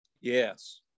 Yes